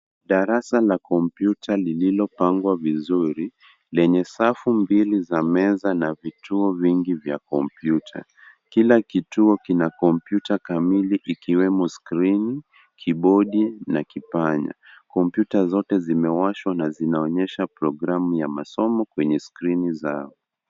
Darasa la kompyuta lililopangwa vizuri lenye safu mbili za meza na vituo vingi vya kompyuta. Kila kituo kina kompyuta kamili ikiwemo skrini, kibodi na kipanya. Kompyuta zote zimewashwa na zinaonyesha programu ya masomo kwenye skrini zao.